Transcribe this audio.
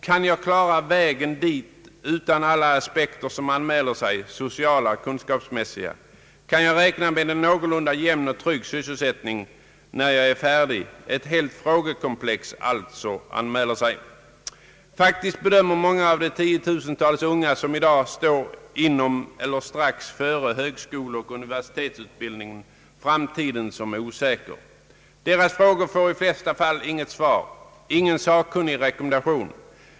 Kan jag klara vägen dit ur alla aspekter som anmäler sig, sociala och kunskapsmässiga? Kan jag räkna med en någorlunda jämn och trygg sysselsättning, när jag är färdig? Ett helt frågekomplex anmäler sig alltså. Faktiskt bedömer många av de tiotusentals unga som i dag står inom eller strax före högskoleoch universitetsutbildningen framtiden som osäker. Deras frågor får i de flesta fall inte något svar, ingen sakkunnig rekommendation.